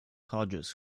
hodges